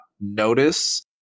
notice